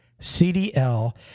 CDL